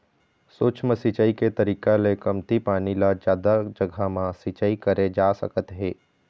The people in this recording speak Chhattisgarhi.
सूक्ष्म सिंचई के तरीका ले कमती पानी ल जादा जघा म सिंचई करे जा सकत हे